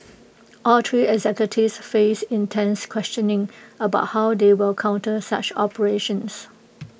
all three executives face intense questioning about how they will counter such operations